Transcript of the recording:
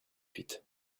suite